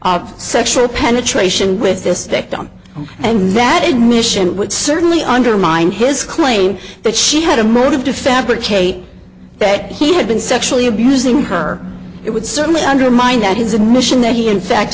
actor sexual penetration with this victim and that it mission would certainly undermine his claim that she had a motive to fabricate that he had been sexually abusing her it would certainly undermine that his admission that he in fact